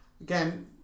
Again